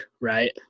right